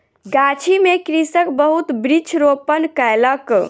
गाछी में कृषक बहुत वृक्ष रोपण कयलक